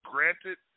Granted